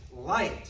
light